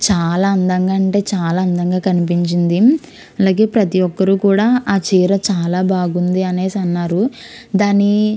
చాలా అందంగా అంటే చాలా అందంగా కనిపించింది అలాగే ప్రతి ఒక్కరు కూడా ఆ చీర చాలా బాగుంది అనేసి అన్నారు దాని